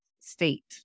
state